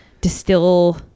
distill